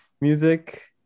music